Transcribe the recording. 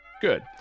Good